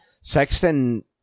Sexton